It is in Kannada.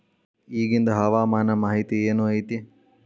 ಇಗಿಂದ್ ಹವಾಮಾನ ಮಾಹಿತಿ ಏನು ಐತಿ?